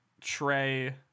Trey